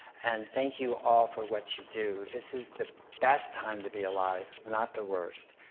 and thank you all for what you do. this is the best time to be alive, not the worst.